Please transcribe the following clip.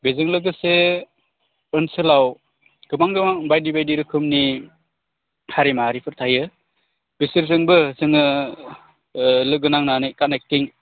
बेजों लोगोसे ओनसोलाव गोबां गोबां बायदि बायदि रोखोमनि हारि माहारिफोर थायो बिसोरजोंबो जोङो लोगो नांनानै कानेक्टिं